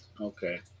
Okay